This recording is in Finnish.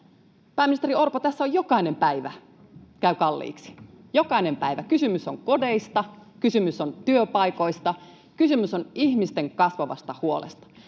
Pääministeri Orpo, tässä jokainen päivä käy kalliiksi, jokainen päivä. Kysymys on kodeista, kysymys on työpaikoista, kysymys on ihmisten kasvavasta huolesta.